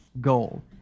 goal